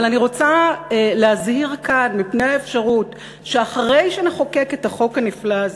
אבל אני רוצה להזהיר כאן מפני האפשרות שאחרי שנחוקק את החוק הנפלא הזה,